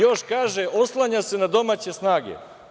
Još kaže – oslanja se na domaće snage.